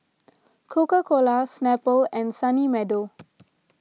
Coca Cola Snapple and Sunny Meadow